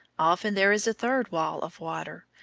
often there is a third wall of water,